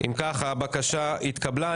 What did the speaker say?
אם כך, הבקשה התקבלה.